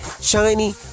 shiny